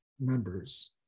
members